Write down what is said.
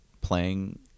playing